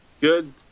Good